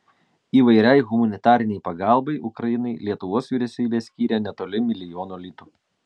įvairiai humanitarinei pagalbai ukrainai lietuvos vyriausybė skyrė netoli milijono litų